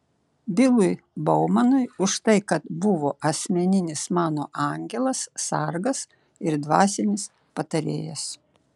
bilui baumanui už tai kad buvo asmeninis mano angelas sargas ir dvasinis patarėjas